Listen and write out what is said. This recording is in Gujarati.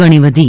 ગણી વધી